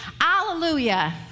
hallelujah